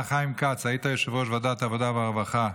היית יושב-ראש ועדת העבודה והרווחה.